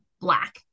black